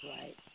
right